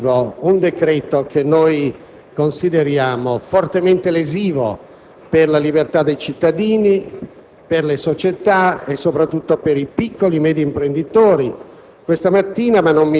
involutivo, che consideriamo gravemente lesivo della libertà dei cittadini, delle società e soprattutto dei piccoli e medi imprenditori.